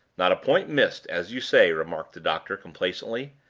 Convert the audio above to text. not a point missed, as you say, remarked the doctor, complacently.